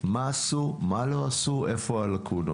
מה עשו, מה לא עשו, איפה הלאקונות.